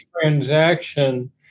transaction